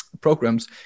programs